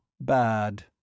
bad